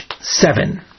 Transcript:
seven